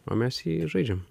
o mes jį žaidžiam